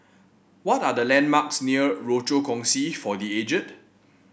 what are the landmarks near Rochor Kongsi for The Aged